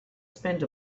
spend